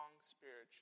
spiritually